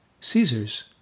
Caesar's